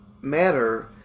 matter